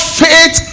faith